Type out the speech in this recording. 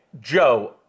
Joe